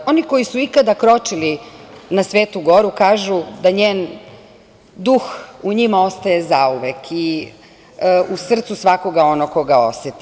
Oni koji su ikada kročili na Svetu goru kažu da njen duh u njima ostaje zauvek i u srcu svakoga onog ko ga oseti.